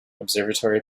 observatory